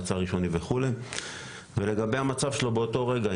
מעצר ראשוני וכולי - ולגבי המצב שלו באותו רגע,